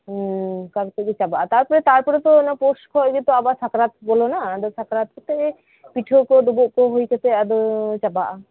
ᱦᱮᱸ ᱚᱱᱠᱟ ᱠᱟᱛᱮᱫ ᱜᱤ ᱪᱟᱵᱟᱜ ᱟ ᱛᱟᱯᱚᱨᱮ ᱛᱚ ᱚᱱᱟ ᱯᱚᱥᱠᱷᱚᱡ ᱜᱮᱛᱚ ᱟᱵᱟᱨ ᱥᱟᱠᱨᱟᱛ ᱵᱚᱞᱚᱱᱟ ᱟᱫᱚ ᱥᱟᱠᱨᱟᱛ ᱠᱚᱛᱮ ᱯᱤᱴᱷᱟᱹᱠᱩ ᱰᱩᱸᱵᱩᱜ ᱠᱩ ᱦᱩᱭᱠᱟᱛᱮᱜ ᱟᱫᱚ ᱪᱟᱵᱟᱜ ᱟ